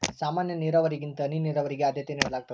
ಸಾಮಾನ್ಯ ನೇರಾವರಿಗಿಂತ ಹನಿ ನೇರಾವರಿಗೆ ಆದ್ಯತೆ ನೇಡಲಾಗ್ತದ